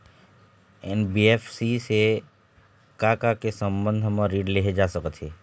NBFC से का का के संबंध म ऋण लेहे जा सकत हे?